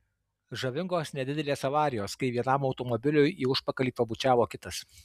žavingos nedidelės avarijos kai vienam automobiliui į užpakalį pabučiavo kitas